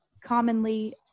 commonly